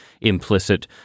implicit